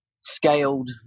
scaled